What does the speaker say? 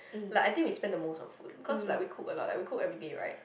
like I think we spent the most on food cause like we cook a lot like we cook everyday right